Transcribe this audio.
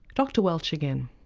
dr welch again.